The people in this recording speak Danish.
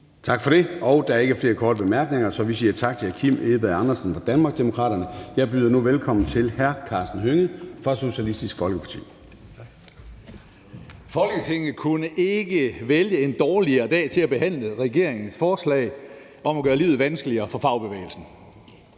Tak for det. Og der er ikke flere korte bemærkninger, så vi siger tak til hr. Kim Edberg Andersen fra Danmarksdemokraterne. Jeg byder nu velkommen til hr. Karsten Hønge fra Socialistisk Folkeparti. Kl. 13:28 (Ordfører) Karsten Hønge (SF): Tak. Folketinget kunne ikke vælge en dårligere dag til at behandle regeringens forslag om at gøre livet vanskeligere for fagbevægelsen.